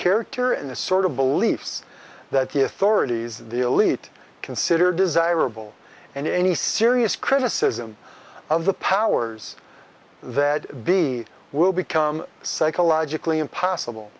character in the sort of beliefs that the authorities the elite consider desirable and any serious criticism of the powers that be will become psychologically impossible